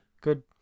Good